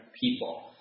people